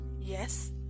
yes